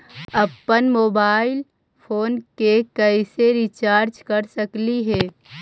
अप्पन mobile phone के कैसे रिचार्ज कर सकली हे?